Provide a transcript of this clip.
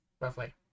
roughly